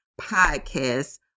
podcast